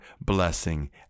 blessing